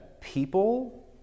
people